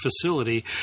facility